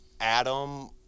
Adam